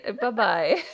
Bye-bye